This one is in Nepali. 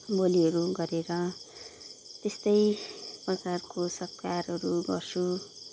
बोलीहरू गरेर त्यस्तै प्रकारको सत्कारहरू गर्छु